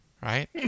Right